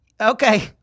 Okay